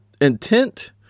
intent